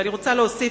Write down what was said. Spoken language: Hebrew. ואני רוצה להוסיף